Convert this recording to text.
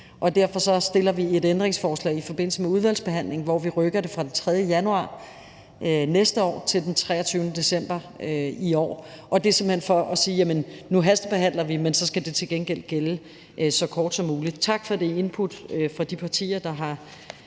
Derfor stiller vi et ændringsforslag i forbindelse med udvalgsbehandlingen, hvor vi rykker det fra den 3. januar næste år til den 23. december i år. Og det er simpelt hen for at sige, at nu hastebehandler vi, men så skal det til gengæld gælde i så kort tid som muligt. Tak til de partier, der er